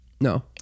No